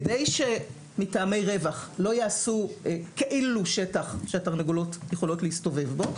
כדי שמטעמי רווח לא יעשו כאילו שטח שהתרנגולות יכולות להסתובב בו,